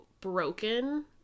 broken